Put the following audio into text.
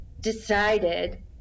decided